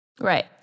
Right